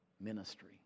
ministry